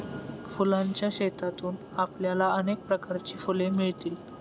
फुलांच्या शेतातून आपल्याला अनेक प्रकारची फुले मिळतील